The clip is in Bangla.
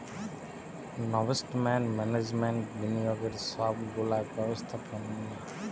নভেস্টমেন্ট ম্যানেজমেন্ট বিনিয়োগের সব গুলা ব্যবস্থাপোনা